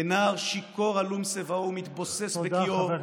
" כנער שיכור הלום סובאו ומתבוסס בקיאו,